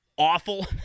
Awful